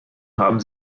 haben